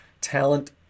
talent